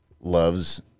loves